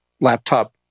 laptop